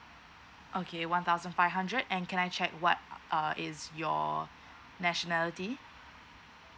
okay one thousand five hundred and can I check what uh is your nationality